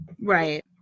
Right